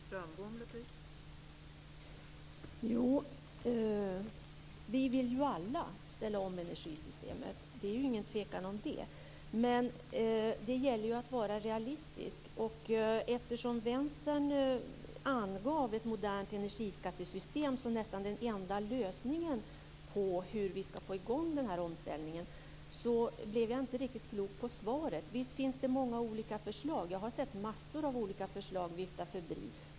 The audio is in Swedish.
Fru talman! Vi vill ju alla ställa om energisystemet. Det är ingen tvekan om det. Men det gäller att vara realistisk. Eftersom Vänstern angav ett modernt energiskattesystem som nästan den enda lösningen när det gäller hur vi ska få i gång den här omställningen blev jag inte riktigt klok på svaret. Visst finns det många olika förslag. Jag har sett massor av olika förslag vifta förbi.